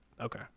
Okay